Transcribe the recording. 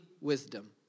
wisdom